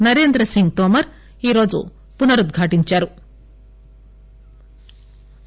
నరేంద్రసింగ్ తోమర్ ఈరోజు పునరుద్ఘాటించారు